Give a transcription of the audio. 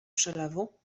przelewu